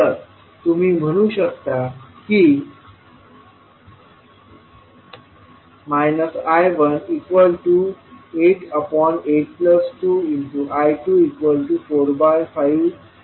तर तुम्ही म्हणू शकता की I188 2I245I2 आहे